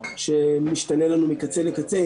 שמשתנה לנו מקצה לקצה.